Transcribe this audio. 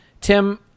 Tim